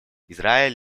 израиль